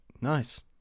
nice